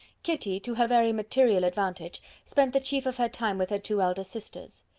kitty, to her very material advantage, spent the chief of her time with her two elder sisters.